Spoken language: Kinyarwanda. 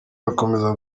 bakomeza